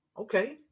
Okay